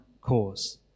cause